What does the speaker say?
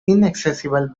inaccessible